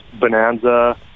Bonanza